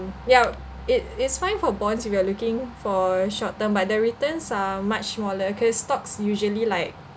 yup it it's fine for bonds if you are looking for short term but the returns are much smaller cause stocks usually like